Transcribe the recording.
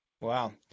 Wow